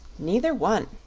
neither one,